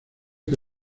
que